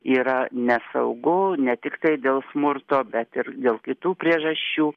yra nesaugu ne tiktai dėl smurto bet ir dėl kitų priežasčių